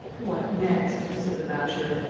what next? said the masher.